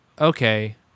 okay